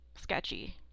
sketchy